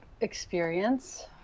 experience